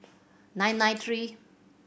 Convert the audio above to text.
nine nine three